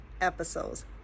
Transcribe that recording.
episodes